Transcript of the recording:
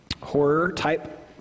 horror-type